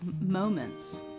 moments